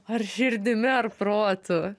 ar širdimi ar protu